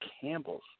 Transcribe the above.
Campbell's